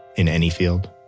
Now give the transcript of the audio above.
in any field.